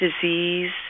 disease